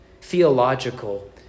Theological